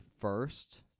first